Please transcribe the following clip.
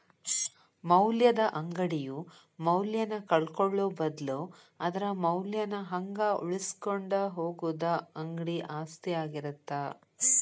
ಮೌಲ್ಯದ ಅಂಗಡಿಯು ಮೌಲ್ಯನ ಕಳ್ಕೊಳ್ಳೋ ಬದ್ಲು ಅದರ ಮೌಲ್ಯನ ಹಂಗ ಉಳಿಸಿಕೊಂಡ ಹೋಗುದ ಅಂಗಡಿ ಆಸ್ತಿ ಆಗಿರತ್ತ